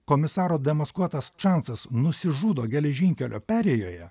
komisaro demaskuotas čansas nusižudo geležinkelio perėjoje